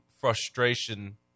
frustration